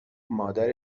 مادر